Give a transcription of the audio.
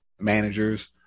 managers